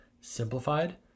simplified